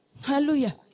Hallelujah